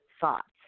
thoughts